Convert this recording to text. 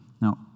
Now